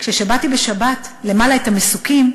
כששמעתי בשבת למעלה את המסוקים,